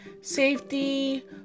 safety